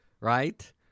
right